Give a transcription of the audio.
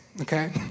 okay